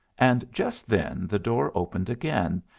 and just then the door opened again,